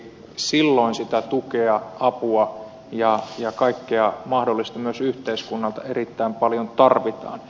silloin sitä tukea apua ja kaikkea mahdollista myös yhteiskunnalta erittäin paljon tarvitaan